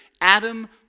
adam